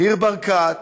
ניר ברקת,